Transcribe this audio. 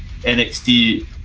NXT